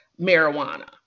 marijuana